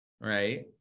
Right